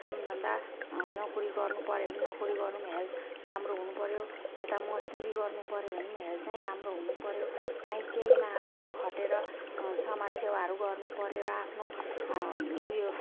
कामधन्दा नोकरी गर्नुपर्यो भने नोकरी गरौँ हेल्थ राम्रो हुनुपर्यो यता मजदुरी गर्नुपर्यो भने पनि हेल्थ नै राम्रो हुनुपर्यो काहीँ केहीमा आफूले खटेर समाजसेवाहरू गर्नुपर्यो र आफ्नो उयो